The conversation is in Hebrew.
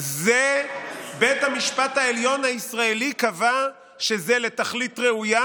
בית המשפט העליון הישראלי קבע שזה לתכלית ראויה,